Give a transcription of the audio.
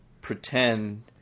pretend